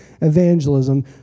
evangelism